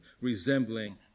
resembling